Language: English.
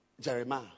Jeremiah